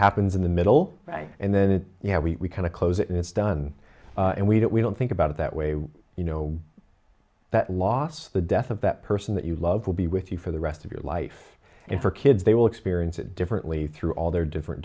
happens in the middle and then you know we kind of close it and it's done and we that we don't think about it that way you know that loss the death of that person that you love will be with you for the rest of your life and for kids they will experience it differently through all their different